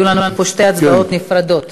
יהיו לנו פה שתי הצבעות נפרדות.